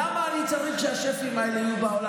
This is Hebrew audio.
למה אני צריך שהשפים האלה יהיו בעולם?